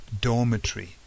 dormitory